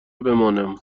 بمانم